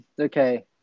okay